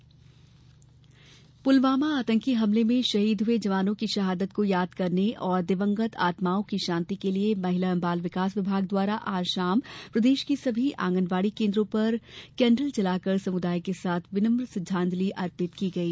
पुलवामा श्रद्धांजलि पुलवामा आतंकी हमले में शहीद हुए जवानों की शहादत को याद करने और दिवंगत आत्माओं की शांति के लिए महिला बाल विकास विभाग द्वारा आज शाम प्रदेश की सभी आंगनवाड़ी केंद्रों पर केंडल जलाकर समुदाय के साथ विनम्र श्रद्धांजलि दी गई